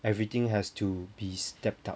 everything has to be stepped up